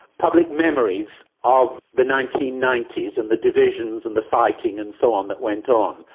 public memories of the nineteen ninety and the divisions and the fighting and so on that went on,